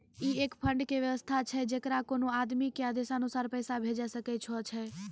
ई एक फंड के वयवस्था छै जैकरा कोनो आदमी के आदेशानुसार पैसा भेजै सकै छौ छै?